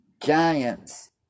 giants